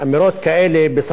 כי יש תירוץ.